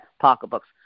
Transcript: pocketbooks